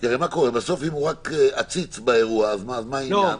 הרי בסוף אם הוא רק עציץ באירוע אז מה העניין?